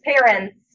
parents